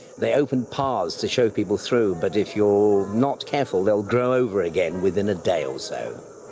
they open paths to show people through, but if you're not careful they'll grow over again within a day or so.